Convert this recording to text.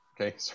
okay